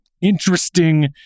interesting